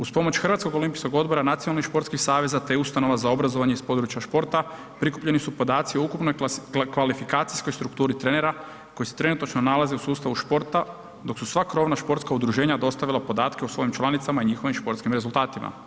Uz pomoć Hrvatskog Olimpijskog odbora, Nacionalni športski savez, a to je ustanova za obrazovanje iz područja športa prikupljeni su podaci o ukupnoj kvalifikacijskoj strukturi trenera koji se trenutačno nalaze u sustavu športa dok su sva krovna športska udruženja dostavila podatke o svojim članicama i njihovim športskim rezultatima.